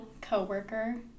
co-worker